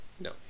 No